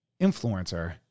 influencer